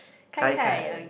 gai-gai